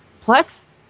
Plus